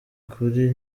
kure